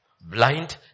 Blind